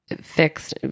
fixed